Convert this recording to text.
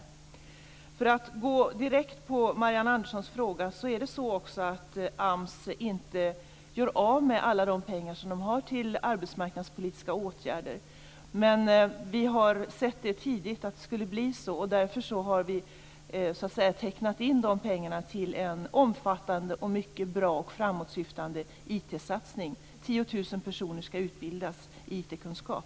För att gå direkt på Marianne Anderssons fråga kan jag säga att AMS inte gör av med alla pengar man har till arbetsmarknadspolitiska åtgärder. Regeringen såg tidigt att det skulle bli så, och därför har de pengarna tecknats in till en omfattande, mycket bra och framåtsyftande IT-satsning där 10 000 personer skall utbildas i IT-kunskap.